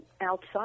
outside